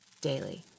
daily